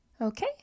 Okay